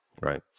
right